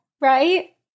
Right